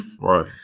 Right